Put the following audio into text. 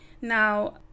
Now